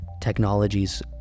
technologies